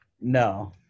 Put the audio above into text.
no